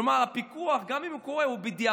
כלומר הפיקוח, גם אם הוא קורה, הוא בדיעבד.